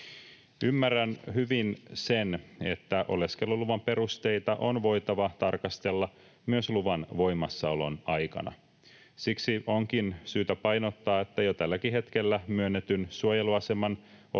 Ymmärrän hyvin sen, että oleskeluluvan perusteita on voitava tarkastella myös luvan voimassaolon aikana. Siksi onkin syytä painottaa, että jo tälläkin hetkellä myönnetyn suojeluaseman ottaminen